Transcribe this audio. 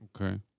Okay